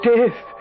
Death